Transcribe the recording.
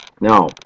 Now